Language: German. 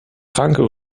kranke